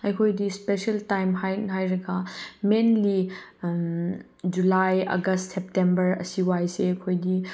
ꯑꯩꯈꯣꯏꯗꯤ special time ꯍꯥꯏꯔꯒ ꯃꯦꯟꯂꯤ ꯖꯨꯂꯥꯏ ꯑꯥꯒꯁ ꯁꯦꯞꯇꯦꯝꯕꯔ ꯑꯁꯤꯋꯥꯏꯁꯦ ꯑꯩꯈꯣꯏꯒꯤ